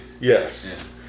Yes